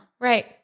Right